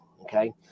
okay